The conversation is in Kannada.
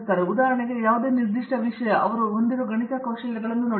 ಆದರೆ ಉದಾಹರಣೆಗೆ ಯಾವುದೇ ನಿರ್ದಿಷ್ಟ ವಿಷಯ ಅವು ಹೊಂದಿರುವ ಗಣಿತ ಕೌಶಲ್ಯಗಳನ್ನು ಮಾಡಿ